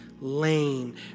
lane